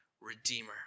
redeemer